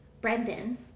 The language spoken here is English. Brendan